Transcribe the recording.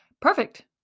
perfect